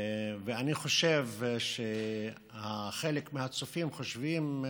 ואני חושב שחלק מהצופים חושבים: